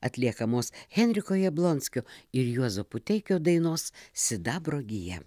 atliekamos henriko jablonskio ir juozo puteikio dainos sidabro gija